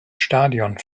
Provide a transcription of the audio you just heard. stadion